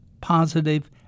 positive